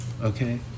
okay